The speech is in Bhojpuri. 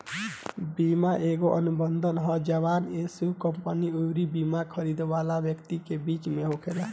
बीमा एगो अनुबंध ह जवन इन्शुरेंस कंपनी अउरी बिमा खरीदे वाला व्यक्ति के बीच में होखेला